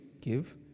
give